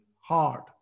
hard